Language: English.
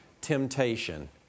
temptation